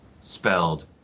spelled